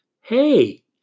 hey